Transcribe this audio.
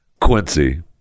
Quincy